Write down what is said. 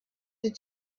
des